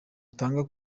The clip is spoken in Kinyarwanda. utanga